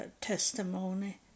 testimony